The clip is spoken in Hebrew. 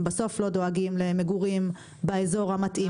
אם לא דואגים למגורים באזור המתאים,